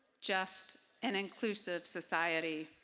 just, and inclusive society.